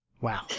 Wow